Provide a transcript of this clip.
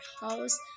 house